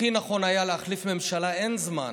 הכי נכון היה להחליף ממשלה, אין זמן.